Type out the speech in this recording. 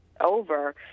over